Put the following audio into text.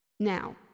Now